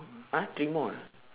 !huh! three more ah